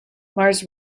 mars